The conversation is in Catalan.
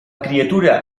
criatura